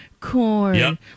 corn